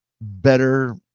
better